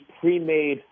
pre-made